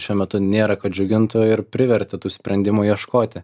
šiuo metu nėra kad džiugintų ir privertė tų sprendimų ieškoti